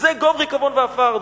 זה גוב ריקבון ועפר,